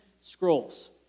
scrolls